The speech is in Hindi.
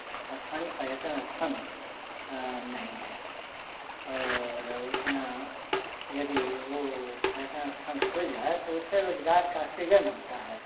स्थानी पर्यटन स्थल नहीं है और उतना यदि वो पर्यटन स्थल खुल जाए तो उससे रोज़गार का सृजन होता है